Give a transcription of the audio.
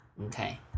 Okay